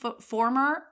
former